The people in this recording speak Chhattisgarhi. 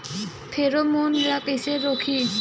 फेरोमोन ला कइसे रोकही?